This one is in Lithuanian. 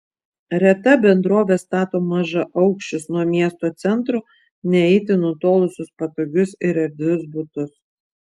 reta bendrovė stato mažaaukščius nuo miesto centro ne itin nutolusius patogius ir erdvius butus